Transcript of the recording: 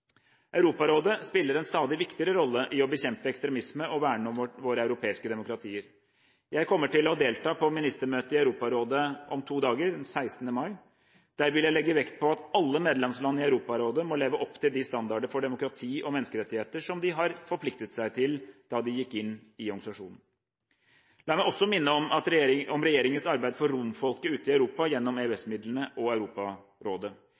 Europarådet. Europarådet spiller en stadig viktigere rolle i å bekjempe ekstremisme og verne om våre europeiske demokratier. Jeg kommer til å delta på ministermøtet i Europarådet om to dager, den 16. mai. Der vil jeg legge vekt på at alle medlemsland i Europarådet må leve opp til de standarder for demokrati og menneskerettigheter som de forpliktet seg til da de gikk inn i organisasjonen. La meg også minne om regjeringens arbeid for romfolket ute i Europa gjennom EØS-midlene og Europarådet.